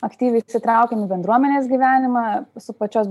aktyviai įsitraukiam į bendruomenės gyvenimą su pačios